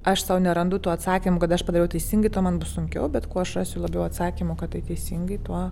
aš sau nerandu to atsakymo kad aš padariau teisingai tuo man bus sunkiau bet kuo aš rasiu labiau atsakymų kad tai teisingai tuo